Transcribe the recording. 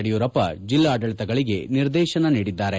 ಯಡಿಯೂರಪ್ಪ ಜಿಲ್ಲಾಡಳಿತಗಳಿಗೆ ನಿರ್ದೇಶನ ನೀಡಿದ್ದಾರೆ